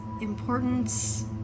importance